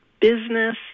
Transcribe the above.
business